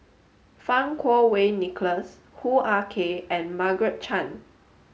Fang Kuo Wei Nicholas Hoo Ah Kay and Margaret Chan